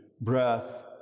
breath